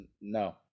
no